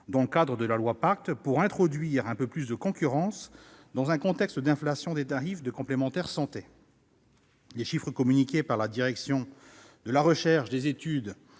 au projet de loi Pacte visant à introduire un peu plus de concurrence, dans un contexte d'inflation des tarifs des complémentaires santé. Les chiffres communiqués par la Direction de la recherche, des études,